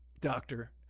doctor